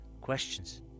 questions